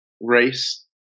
race